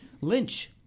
Lynch